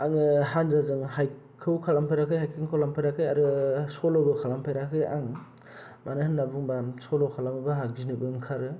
आङो हानजाजों हाइकखौ खालाम फेराखै हाइकखौ लाफेराखै आरो सल'बो खालाम फेराखै आं मानो होननानै बुङोब्ला मानो होननानै बुङोब्ला सल' खालामोब्ला आंहा गिनोबो ओंखारो